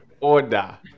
order